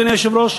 אדוני היושב-ראש,